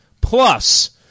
plus